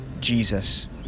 Jesus